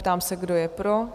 Ptám se, kdo je pro?